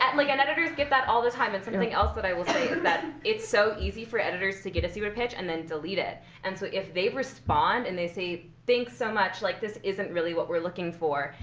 like and editors get that all this time. and something else that i will say is that it's so easy for editors to get a super pitch and then delete it. and so if they respond and they say, thanks so much. like this isn't really what we're looking for.